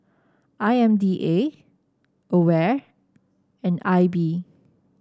I M D A Aware and I B